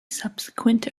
subsequent